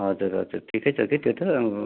हजुर हजुर ठिकै छ कि त्यो त